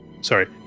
Sorry